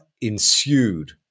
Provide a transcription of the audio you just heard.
ensued